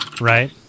right